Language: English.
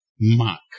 mark